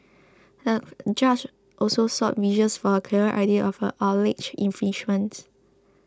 the judge also sought visuals for a clearer idea of the alleged infringements